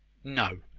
no,